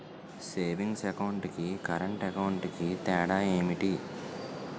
Savings account కి current account కి తేడా ఏమిటి?